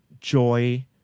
joy